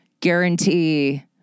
guarantee